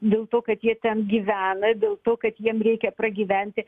dėl to kad jie ten gyvena dėl to kad jiem reikia pragyventi